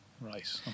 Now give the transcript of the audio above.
Right